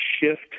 shift